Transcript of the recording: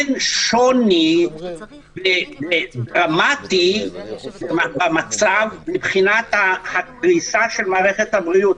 אין שוני דרמטי במצב מבחינת הקריסה של מערכת הבריאות.